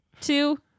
Two